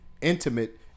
Intimate